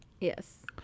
Yes